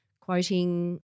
quoting